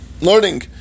learning